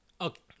Okay